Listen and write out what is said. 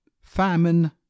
famine